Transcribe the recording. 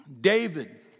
David